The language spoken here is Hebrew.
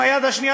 עם היד השנייה,